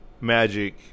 magic